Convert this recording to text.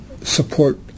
support